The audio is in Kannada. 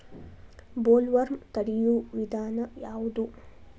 ಬೊಲ್ವರ್ಮ್ ತಡಿಯು ವಿಧಾನ ಯಾವ್ದು?